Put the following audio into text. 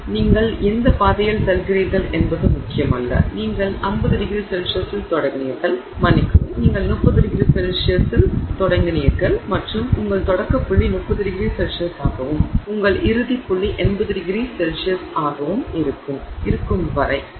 நீங்கள் எந்த பாதையில் செல்கிறீர்கள் என்பது முக்கியமல்ல நீங்கள் 50ºC இல் தொடங்கினீர்கள் மன்னிக்கவும் நீங்கள் 30ºC இல் தொடங்கினீர்கள் மற்றும் உங்கள் தொடக்க புள்ளி 30º C ஆகவும் உங்கள் இறுதி புள்ளி 80ºC ஆகவும் இருக்கும் வரை நீங்கள் 80º C க்கு வருவீர்கள்